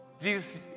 Jesus